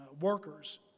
workers